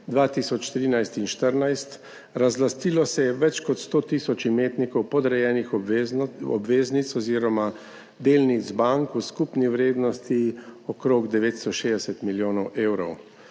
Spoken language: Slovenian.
2013 in 2014. Razlastilo se je več kot 100 tisoč imetnikov podrejenih obveznic oziroma delnic bank v skupni vrednosti okrog 960 milijonov evrov.